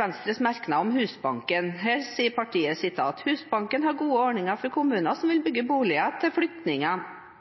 Venstres merknad om Husbanken. Her sier partiet: «Husbanken har gode ordninger for kommuner som vil